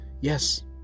yes